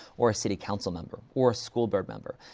or a city council member, or a schoolboard member,